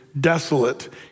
desolate